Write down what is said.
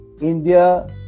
india